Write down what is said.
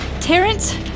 Terrence